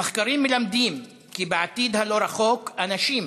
המחקרים מלמדים כי בעתיד הלא-רחוק אנשים